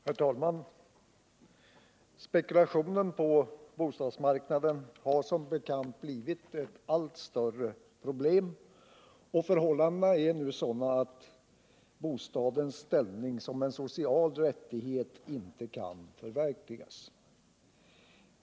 Herr talman! Spekulationen på bostadsmarknaden har som bekant blivit ett allt större problem, och förhållandena är nu sådana att bostadens ställning som en social rättighet inte kan upprätthållas.